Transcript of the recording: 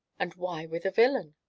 and why with a villain?